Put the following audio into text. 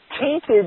tainted